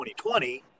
2020